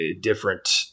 different